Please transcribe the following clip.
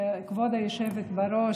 כבוד היושבת בראש,